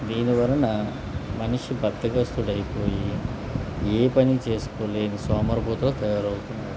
దీనివలన మనిషి బద్దకస్తుడు అయిపోయి ఏ పని చేసుకోలేని సోమరిపోతులా తయారవుతున్నాడు